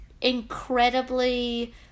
incredibly